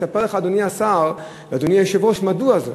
אדוני השר, אדוני היושב-ראש, אספר לכם מדוע זה: